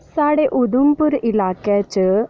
साढ़े उधमपुर इलाके च